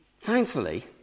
Thankfully